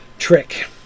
trick